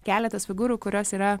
keletas figūrų kurios yra